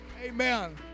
Amen